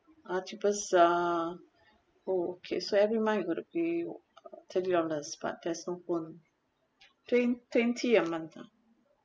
ah cheapest ah oh okay so every month you gotta give uh thirty dollars but there's no phone twen~ twenty a month ah